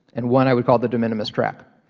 and one i would call the de minimis track.